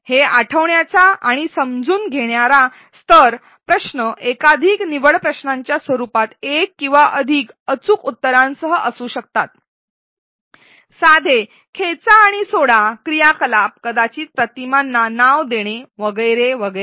हे आठवण्याचा आणि समजून घेणारा स्तर प्रश्न एकाधिक निवड प्रश्नांच्या स्वरूपात एक किंवा अधिक अचूक उत्तरासह असू शकतात साधे खेचा आणि सोडा क्रियाकलाप कदाचित प्रतिमांना नाव देणे वगैरे वगैरे